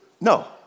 No